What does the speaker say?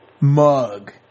mug